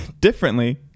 differently